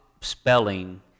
spelling